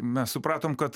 mes supratom kad